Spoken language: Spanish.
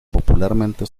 popularmente